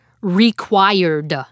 REQUIRED